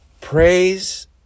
praise